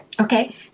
Okay